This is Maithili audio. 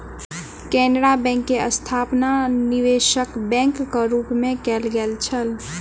केनरा बैंक के स्थापना निवेशक बैंकक रूप मे कयल गेल छल